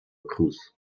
cruz